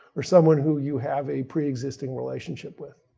or someone who you have a pre-existing relationship with.